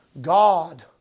God